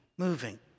moving